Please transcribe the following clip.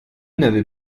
n’avait